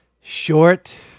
short